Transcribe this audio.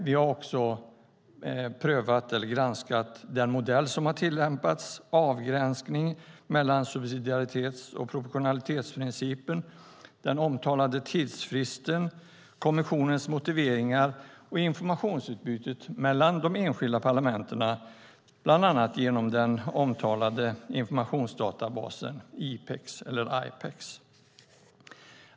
Vi har också granskat den modell som har tillämpats, avgränsning mellan subsidiaritets och proportionalitetsprincipen, den omtalade tidsfristen, kommissionens motiveringar och informationsutbytet mellan de enskilda parlamenten bland annat genom informationsdatabasen IPEX.